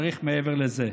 צריך מעבר לזה.